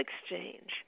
exchange